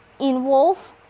involve